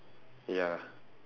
ya